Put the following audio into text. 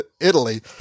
Italy